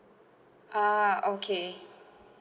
ah okay